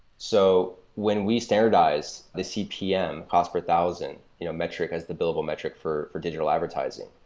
so when we standardize the cpm, cost per thousand you know metric as the billable metric for for digital advertising,